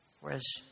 Whereas